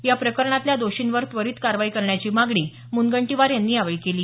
या प्रकरणातल्या दोषींवर त्वरीत कारवाई करण्याची मागणी म्नगंटीवार यांनी यावेळी केली